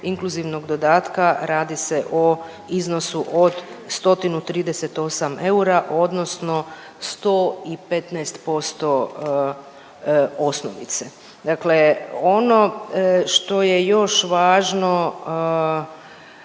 inkluzivnog dodatka radi se o iznosu od 138 eura, odnosno 115 posto osnovice. Dakle, ono što je još važno